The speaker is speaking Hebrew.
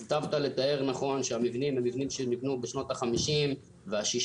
היטבת לתאר נכון שהמבנים הם מבנים שנבנו בשנות ה-50 וה-60,